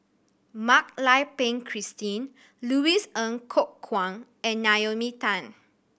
Mak Lai Peng Christine Louis Ng Kok Kwang and Naomi Tan